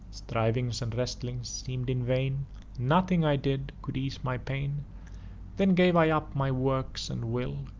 strivings and wrestlings seem'd in vain nothing i did could ease my pain then gave i up my works and will,